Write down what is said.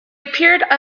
appeared